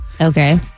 Okay